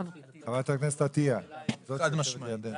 סעיף 9יג לעניין סיוע בדרך של שיכון בדירה ציבורית,